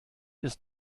ist